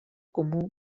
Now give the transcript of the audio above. comú